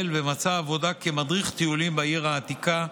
ומצא עבודה כמדריך טיולים בעיר העתיקה,